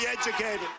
educated